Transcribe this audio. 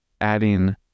adding